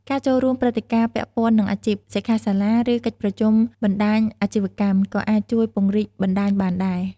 ការចូលរួមព្រឹត្តិការណ៍ពាក់ព័ន្ធនឹងអាជីព សិក្ខាសាលា ឬកិច្ចប្រជុំបណ្ដាញអាជីវកម្ម ក៏អាចជួយពង្រីកបណ្ដាញបានដែរ។